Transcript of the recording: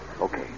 okay